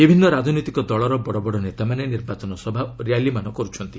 ବିଭିନ୍ନ ରାଜନୈତିକ ଦଳର ବଡ଼ ବଡ଼ ନେତାମାନେ ନିର୍ବାଚନ ସଭା ଓ ର୍ୟାଲିମାନ କରୁଛନ୍ତି